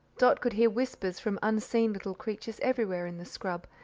dot could hear whispers from unseen little creatures everywhere in the scrub,